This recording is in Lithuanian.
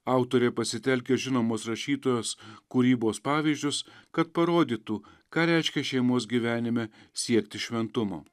autorė pasitelkia žinomus rašytojos kūrybos pavyzdžius kad parodytų ką reiškia šeimos gyvenime siekti šventumo